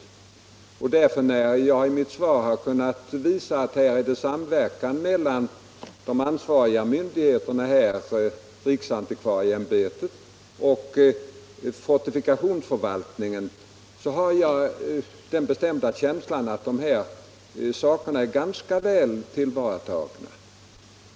När jag därför i mitt svar har kunnat visa att det förekommer en samverkan mellan de ansvariga myndigheterna, riksantikvarieämbetet och fortifikationsförvaltningen, har jag haft den bestämda känslan att dessa frågor är ganska väl tillvaratagna.